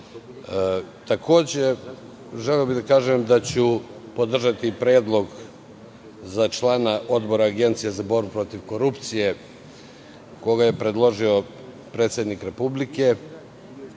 bolje. Takođe, želeo bih da kažem da ću podržati predlog za člana Odbora Agencije za borbu protiv korupcije koga je predložio predsednik Republike.